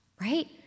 right